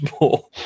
more